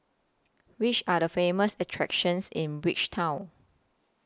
Which Are The Famous attractions in Bridgetown